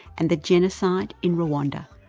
and the genocide in rwanda.